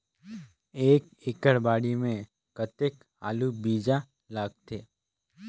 एक एकड़ बाड़ी मे कतेक आलू बीजा लगथे?